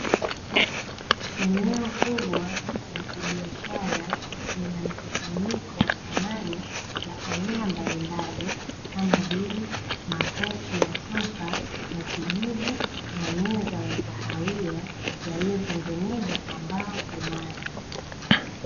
Eneo kubwa la kibiashara, lina mkusanyiko wa samani za aina mbalimbali, kama vile; makochi ya sofa ya kijivu na meza ya kahawia, yaliyotengenezwa kwa mbao imara.